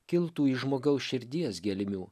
kiltų iš žmogaus širdies gelmių